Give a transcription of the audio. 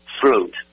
fruit